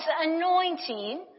anointing